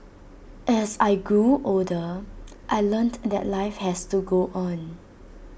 as I grew older I learnt that life has to go on